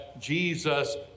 Jesus